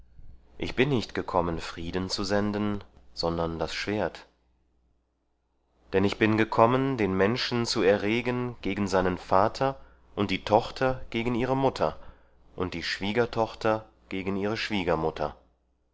ich bin nicht gekommen frieden zu senden sondern das schwert denn ich bin gekommen den menschen zu erregen gegen seinen vater und die tochter gegen ihre mutter und die schwiegertochter gegen ihre schwiegermutter